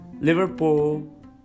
Liverpool